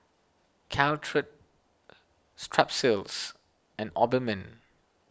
Caltrate Strepsils and Obimin